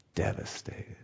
devastated